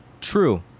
true